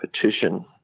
petition